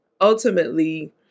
ultimately